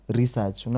research